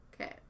Okay